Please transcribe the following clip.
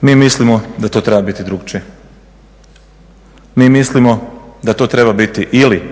Mi mislimo da to treba biti drukčije. Mi mislimo da to treba biti ili